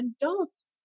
adults